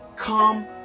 Come